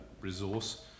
resource